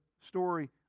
story